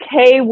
okay